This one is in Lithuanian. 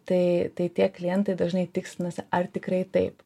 tai tai tie klientai dažnai tikslinasi ar tikrai taip